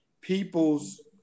people's